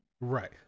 Right